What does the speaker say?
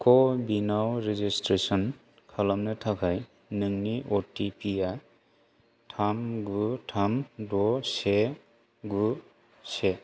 क विनाव रेजिसट्रेसन खालामनो थाखाय नोंनि अ टि पि आ थाम गु थाम द से गु से